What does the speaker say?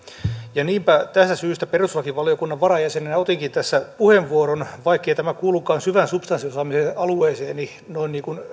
niinpä tästä syystä perustuslakivaliokunnan varajäsenenä otinkin tässä puheenvuoron vaikkei tämä kuulukaan syvän substanssiosaamiseni alueeseen noin